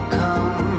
come